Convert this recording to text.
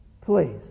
please